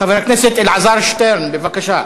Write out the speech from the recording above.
חבר הכנסת אלעזר שטרן, בבקשה.